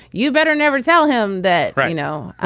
you better never tell him that right now.